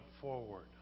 forward